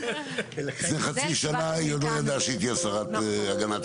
לפני חצי שנה היא עוד לא ידעה שהיא תהיה השרה להגנת הסביבה.